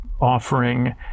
offering